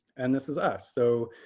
and this is us. so